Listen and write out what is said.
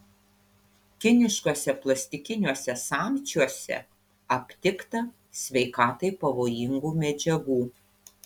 kiniškuose plastikiniuose samčiuose aptikta sveikatai pavojingų medžiagų